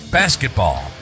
basketball